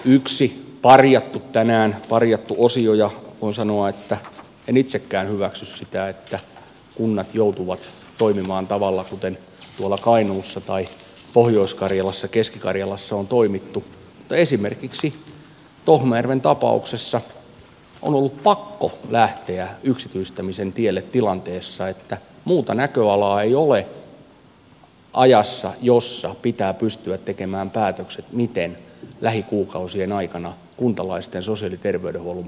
yksi tänään parjattu osio ja voin sanoa että en itsekään hyväksy sitä on se että kunnat joutuvat toimimaan sillä tavalla kuin kainuussa tai pohjois karjalassa keski karjalassa on toimittu mutta esimerkiksi tohmajärven tapauksessa on ollut pakko lähteä yksityistämisen tielle tilanteessa jossa muuta näköalaa ei ole ajassa jossa pitää pystyä tekemään päätökset siitä miten lähikuukausien aikana kuntalaisten sosiaali ja terveydenhuollon peruspalvelut turvataan